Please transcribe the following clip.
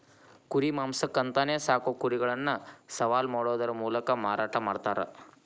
ಕುರಿ ಮಾಂಸಕ್ಕ ಅಂತಾನೆ ಸಾಕೋ ಕುರಿಗಳನ್ನ ಸವಾಲ್ ಮಾಡೋದರ ಮೂಲಕ ಮಾರಾಟ ಮಾಡ್ತಾರ